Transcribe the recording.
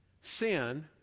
Sin